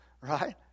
Right